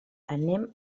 anem